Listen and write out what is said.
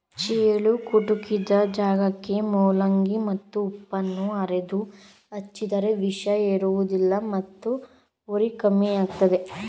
ಚೇಳು ಕುಟುಕಿದ ಜಾಗಕ್ಕೆ ಮೂಲಂಗಿ ಮತ್ತು ಉಪ್ಪನ್ನು ಅರೆದು ಹಚ್ಚಿದರೆ ವಿಷ ಏರುವುದಿಲ್ಲ ಮತ್ತು ಉರಿ ಕಮ್ಮಿಯಾಗ್ತದೆ